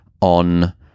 On